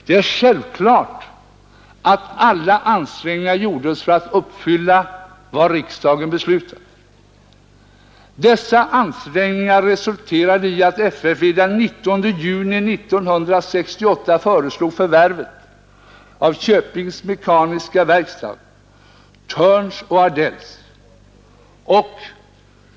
Det är självklart att alla ansträngningar gjordes för att uppfylla vad riksdagen beslutat. Dessa ansträngningar resulterade i att FFV den 19 juni 1968 föreslog förvärv av Köpings mekaniska verkstad, Thörns och Aldells.